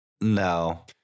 no